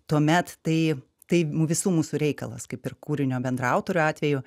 tuomet tai tai mu visų mūsų reikalas kaip ir kūrinio bendraautorio atveju